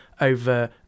over